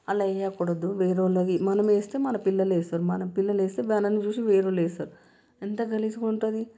అలా వేయాకూడదు వేరోలాగి మనం వేస్తే మన పిల్లలు వేస్తారు మన పిల్లలు వేస్తే వాళ్ళని చూసి వేరే వాళ్ళు వేస్తారు ఎంత గలీజ్గా ఉంటుంది